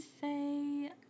say